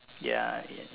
ya yes